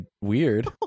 weird